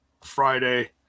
Friday